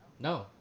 No